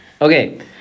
Okay